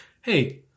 hey